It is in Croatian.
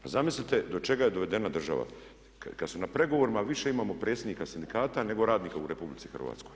Pa zamislite do čega je dovedena država kada na pregovorima više imamo predsjednika sindikata nego radnika u RH.